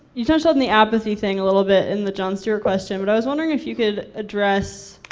you touched on the apathy thing a little bit in the jon stewart question, but i was wondering if you could address,